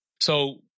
So-